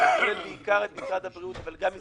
הוא כולל בעיקר את משרד הבריאות,